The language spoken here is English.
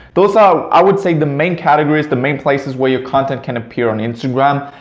those are i would say the main categories, the main places where your content can appear on instagram.